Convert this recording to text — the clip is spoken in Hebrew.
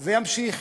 זה יימשך.